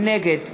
נגד